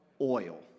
oil